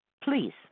Please